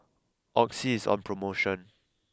Oxy is on promotion